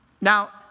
Now